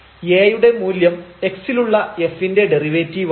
A യുടെ മൂല്യം x ലുള്ള f ൻറെ ഡെറിവേറ്റീവ് ആണ്